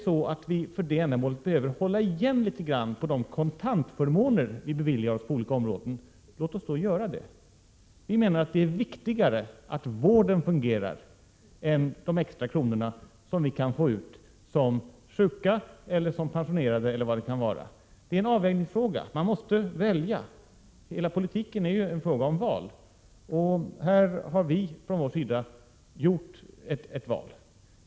Om vi för det ändamålet behöver hålla igen litet grand på de kontantförmåner som vi beviljar oss på olika områden, låt oss då göra det. Vi menar att det är viktigare att vården fungerar än att vi får ut några extra kronor som sjuka eller pensionerade eller vad det kan vara. Det är en avvägningsfråga. Man måste välja. Hela politiken är ju en fråga om val. Från folkpartiets sida har vi gjort ett val.